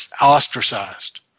ostracized